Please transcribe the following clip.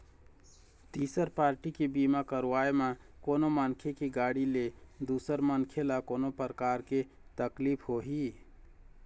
तिसर पारटी के बीमा करवाय म कोनो मनखे के गाड़ी ले दूसर मनखे ल कोनो परकार के तकलीफ होही